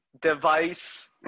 device